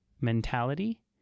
mentality